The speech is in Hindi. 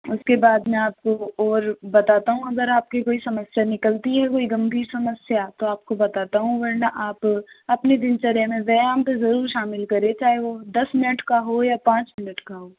उसके बाद में आपको और बताता हूँ अगर आपके कोई समस्या निकलती है कोई गंभीर समस्या तो आपको बताता हूँ वरना आप अपने दिनचर्या में व्यायाम तो जरुर शामिल करें चाहे वो दस मिनट का हो या पाँच मिनट का हो